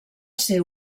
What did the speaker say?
ser